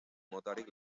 motarik